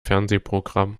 fernsehprogramm